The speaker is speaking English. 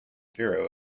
biro